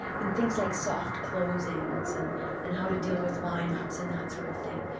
in things like soft closings and and how to deal with line-ups and that sort of thing,